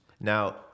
now